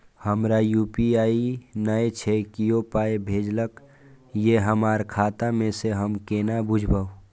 हमरा यू.पी.आई नय छै कियो पाय भेजलक यै हमरा खाता मे से हम केना बुझबै?